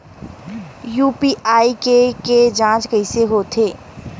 UPI के के जांच कइसे होथे?